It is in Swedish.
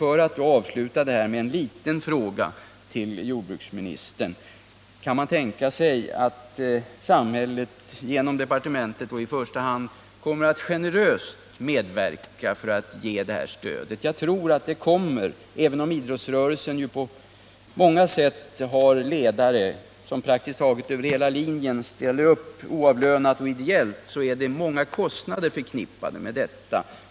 Och låt mig bara avsluta med en liten fråga till jordbruksministern: Kan man tänka sig att samhället — genom jordbruksdepartementet då i första hand — kommer att generöst medverka för att ge det här stödet? Jag tror att det kommer. Även om idrottsrörelsen ju på många sätt har ledare som praktiskt taget över hela linjen ställer upp oavlönat och ideellt, så är det många kostnader förknippade med detta.